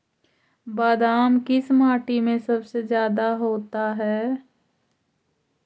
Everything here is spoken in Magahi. बादाम किस माटी में सबसे ज्यादा होता है?